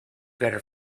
better